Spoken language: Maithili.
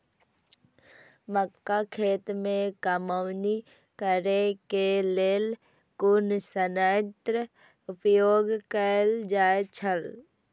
मक्का खेत में कमौनी करेय केय लेल कुन संयंत्र उपयोग कैल जाए छल?